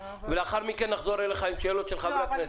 ולאחר מכן נחזור אליך עם שאלות של חברי הכנסת.